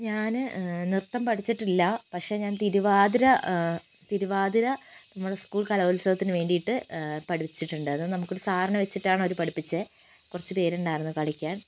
ഞാന് നൃത്തം പഠിച്ചിട്ടില്ല പക്ഷെ ഞാൻ തിരുവാതിര തിരുവാതിര നമ്മുടെ സ്കൂൾ കലോത്സവത്തിനുവേണ്ടിയിട്ട് പഠിച്ചിട്ടുണ്ടായിരുന്നു നമുക്കൊരു സാറിനെ വെച്ചിട്ടാണ് അവര് പഠിപ്പിച്ചത് കുറച്ച് പേരുണ്ടായിരുന്നു കളിക്കാൻ